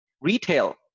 Retail